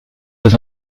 pas